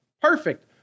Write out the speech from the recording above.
perfect